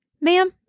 Ma'am